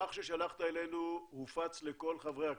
המסמך ששלחת אלינו הופץ לכל חברי הכנסת,